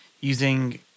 using